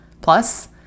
Plus